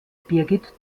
birgit